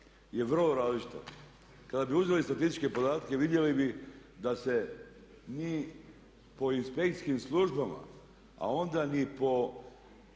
je vrlo različito. Kada bi uzeli statističke podatke vidjeli bi da se mi po inspekcijskim službama a onda ni po